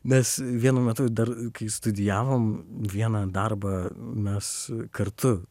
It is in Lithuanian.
nes vienu metu dar kai studijavom vieną darbą mes kartu